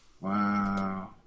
Wow